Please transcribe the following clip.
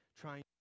trying